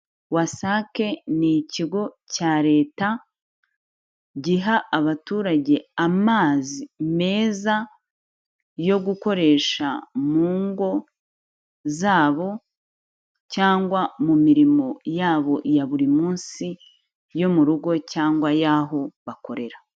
WASAC ni ikigo cya leta, giha abaturage amazi meza, yo gukoresha mu ngo zabo, cyangwa mu mirimo yabo ya buri munsi, yo mu rugo, cyangwa y'aho bakorera.